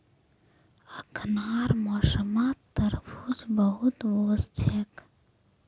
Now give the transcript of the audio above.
अखनार मौसमत तरबूज बहुत वोस छेक